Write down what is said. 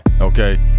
Okay